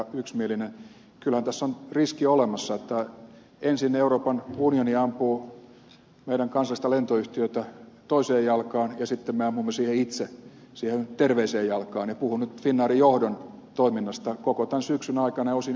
kyllähän tässä on riski olemassa että ensin euroopan unioni ampuu meidän kansallista lentoyhtiötä toiseen jalkaan ja sitten me ammumme itse siihen terveeseen jalkaan ja puhun nyt finnairin johdon toiminnasta koko tämän syksyn aikana ja osin jo aikaisemminkin